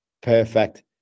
Perfect